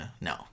No